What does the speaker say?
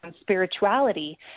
spirituality